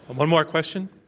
one more question.